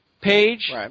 page